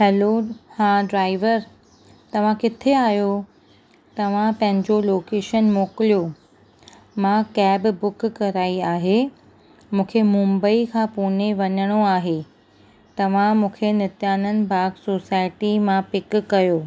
हलो हा ड्राइवर तव्हां किथे आहियो तव्हां पंहिंजो लोकेशन मोकिलियो मां कैब बुक कराई आहे मूंखे मुंबई खां पुणे वञिणो आहे तव्हां मूंखे नित्यानंद बाग सोसाएटी मां पिक कयो